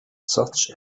such